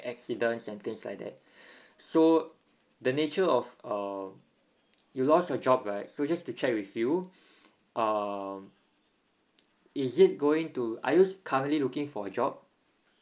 accidents and things like that so the nature of uh you lost your job right so just to check with you um is it going to are you currently looking for a job